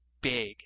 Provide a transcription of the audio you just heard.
big